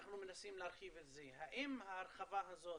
אנחנו מנסים להרחיב את זה, האם ההרחבה הזאת